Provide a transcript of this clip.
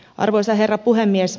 arvoisa herra puhemies